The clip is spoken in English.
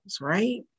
right